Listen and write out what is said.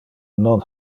non